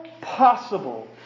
possible